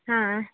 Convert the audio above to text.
ಹಾಂ